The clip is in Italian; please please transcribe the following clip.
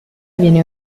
viene